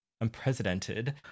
unprecedented